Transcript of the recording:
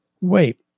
Wait